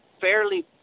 fairly